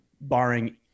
barring